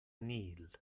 nihil